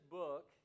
book